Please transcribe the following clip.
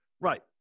Right